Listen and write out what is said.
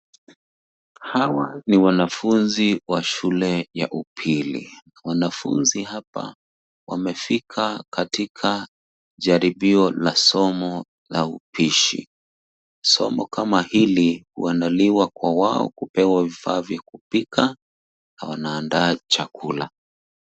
Hawa ni wanafunzi wa shule ya upili. Wanafunzi hapa wamefika katika jaribio la somo la upishi. Somo kama hili huandaliwa kwa wao kupewa vifaa vya kupika, na wanaandaa chakula.